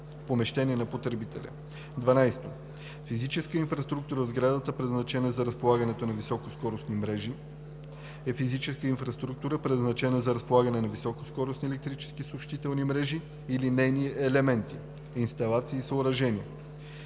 12. „Физическа инфраструктура в сграда, предназначена за разполагането на високоскоростни мрежи“, е физическа инфраструктура, предназначена за разполагане на високоскоростни електронни съобщителни мрежи или нейни елементи (инсталации и съоръжения)